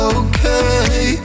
okay